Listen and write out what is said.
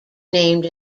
named